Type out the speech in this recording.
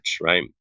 right